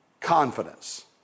confidence